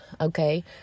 Okay